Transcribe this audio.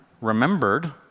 remembered